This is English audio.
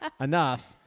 enough